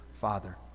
Father